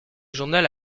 journal